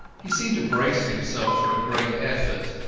he seemed to brace himself for a great effort,